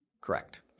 Correct